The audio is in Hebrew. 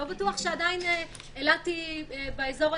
לא בטוח שעדיין אילת היא בתחום הירוק,